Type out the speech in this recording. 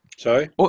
Sorry